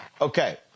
Okay